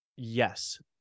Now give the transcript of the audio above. Yes